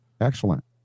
Excellent